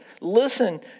listen